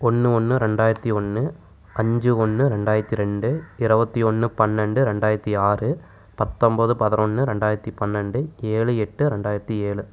ஒன்று ஒன்று ரெண்டாயிரத்து ஒன்று அஞ்சு ஒன்று ரெண்டாயிரத்து ரெண்டு இருவத்தி ஒன்று பன்னெண்டு ரெண்டாயிரத்து ஆறு பத்தம்போது பதினொன்று ரெண்டாயிரத்து பன்னெண்டு ஏழு எட்டு ரெண்டாயிரத்து ஏழு